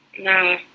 No